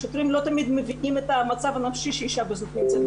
השוטרים לא תמיד מבינים את המצב הנפשי שאשה בזנות נמצאת.